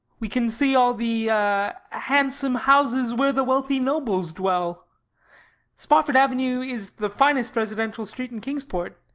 we can see all the handsome houses where the wealthy nobles dwell spofford avenue is the finest residential street in kingsport.